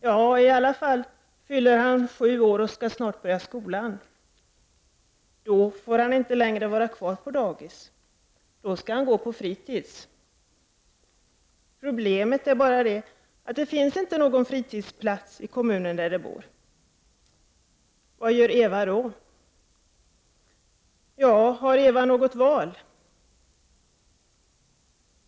Ja, han skall i alla fall fylla sju år och börja skolan. Då får han inte längre vara kvar på dagis, utan då skall han gå på fritis. Problemet är bara att det inte finns någon fritidsplats i kommunen där de bor. Vad gör Eva då? Ja, har Eva något val?